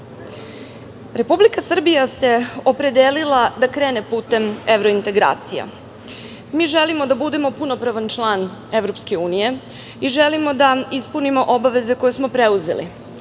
Srbija se opredelila da krene putem evrointegracija. Mi želimo da budemo punopravni član EU i želimo da ispunimo obaveze koje smo preuzeli.